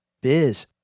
biz